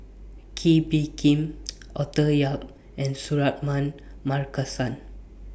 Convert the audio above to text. Kee Bee Khim Arthur Yap and Suratman Markasan